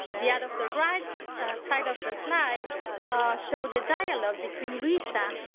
the ad of the right side of the slide showed a dialogue between luisa,